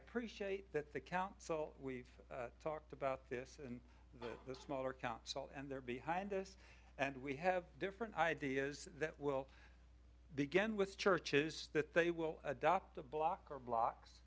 appreciate that the council we've talked about this and the smaller council and they're behind us and we have different ideas that we'll begin with churches that they will adopt a blocker blocks